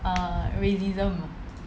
err racism